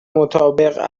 مطابق